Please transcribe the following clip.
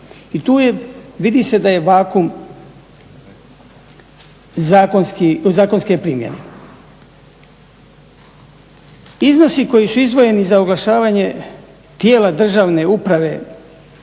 I tu je, vidi se da je vakuum u zakonske primjene. Iznosi koji su izdvojeni za oglašavanje tijela državne uprave